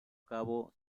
cabo